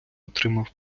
отримав